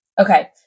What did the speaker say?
Okay